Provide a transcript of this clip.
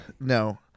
No